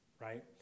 right